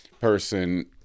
person